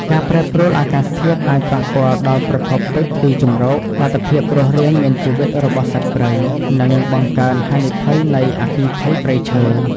ការប្រែប្រួលអាកាសធាតុអាចប៉ះពាល់ដល់ប្រភពទឹក ទីជម្រក លទ្ធភាពរស់រានមានជីវិតរបស់សត្វព្រៃ និងបង្កើនហានិភ័យនៃអគ្គីភ័យព្រៃឈើ។